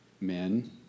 men